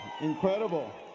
incredible